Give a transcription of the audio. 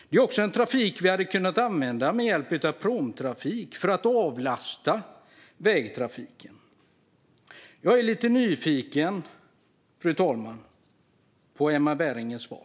Vi skulle också kunna trafikera med pråmar för att avlasta vägtrafiken. Jag är lite nyfiken på Emma Bergingers svar.